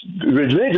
religious